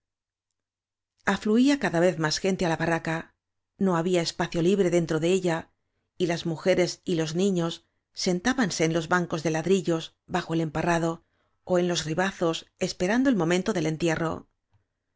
copa afluía cada vez más gente á la barraca no había espacio libre dentro de ella y las mujeres y los niños sentábanse en los ban cos de ladrillos bajo el emparrado ó en los ribazos esperando el momento del entierro